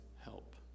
help